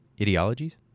ideologies